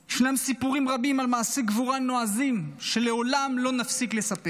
ישנם סיפורים רבים על מעשי גבורה נועזים שלעולם לא נפסיק לספר.